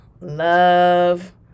Love